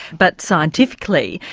but scientifically.